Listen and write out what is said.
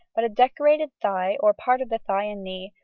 but a decorated thigh, or part of the thigh and knee,